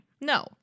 No